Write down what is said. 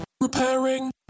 repairing